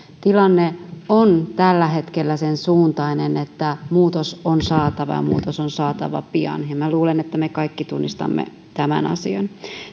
tilanne on tällä hetkellä sen suuntainen että muutos on saatava ja muutos on saatava pian minä luulen että me kaikki tunnistamme tämän asian